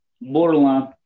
borderline